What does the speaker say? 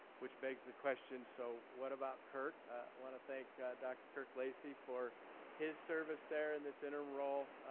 which begs the question, so what about kirk? i wanna thank dr. kirk lacy for his service there in this interim role.